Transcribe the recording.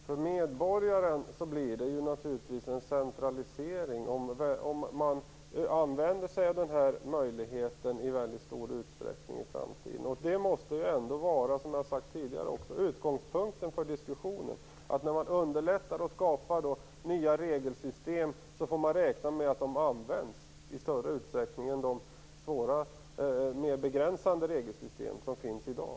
Herr talman! För medborgaren blir det naturligtvis en centralisering om man använder sig av den här möjligheten i väldigt stor utsträckning i framtiden. Detta måste ju ändå vara utgångspunkten för diskussionen, att när man underlättar och skapar nya regelsystem får man räkna med att de används i större utsträckning än de mer begränsande regelsystem som finns i dag.